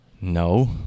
no